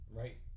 right